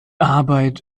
arbeit